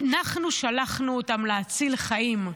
אנחנו שלחנו אותם להציל חיים.